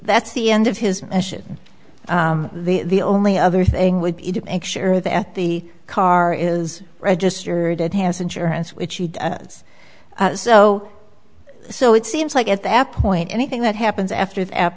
that's the end of his mission the only other thing would be to make sure that the car is registered and has insurance which he does so so it seems like at that point anything that happens after that